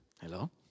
Hello